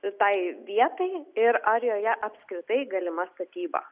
šitai vietai ir ar joje apskritai galima statyba